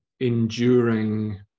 enduring